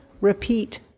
repeat